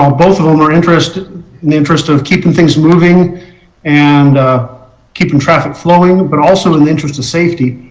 um both of them are interest and interest of keeping things moving and keeping traffic flowing but also and interest of safety.